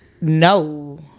No